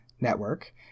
network